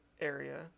area